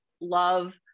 love